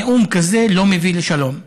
נאום כזה לא מביא לשלום.